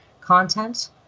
content